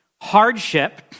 hardship